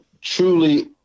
truly